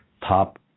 top